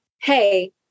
hey